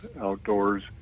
outdoors